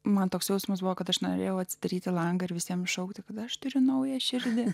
man toks jausmas buvo kad aš norėjau atsidaryti langą ir visiems šaukti kad aš turiu naują širdį